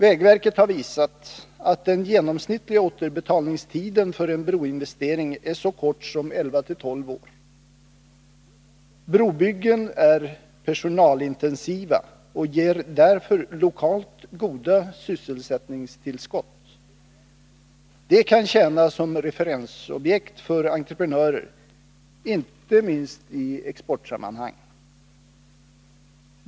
Vägverket har visat att den genomsnittliga återbetalningstiden för en broinvestering är så kort som 11-12 år. Brobyggen är personalintensiva och ger därför lokalt goda sysselsättningstillskott. De kan tjäna som referensobjekt för entreprenörer — inte minst i exportsammanhang.